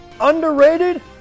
Underrated